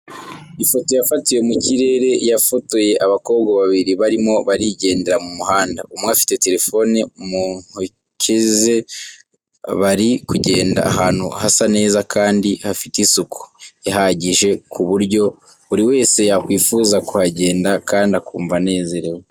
Ifoto yafatiwe mu kirere, yafotoye abakobwa babiri barimo barigendera mu muhanda, umwe afite telephone mu nkoke ze bari kugenda ahantu hasa neza kandi hafite isuku ihagije ku buryo buri wese yakwifuza kuhagenda kandi akumva anezerewe.